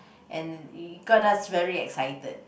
and it got us very excited